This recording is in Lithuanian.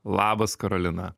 labas karolina